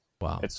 Wow